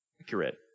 accurate